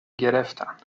گرفتن